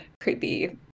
creepy